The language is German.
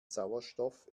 sauerstoff